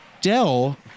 Dell